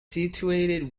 situated